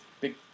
big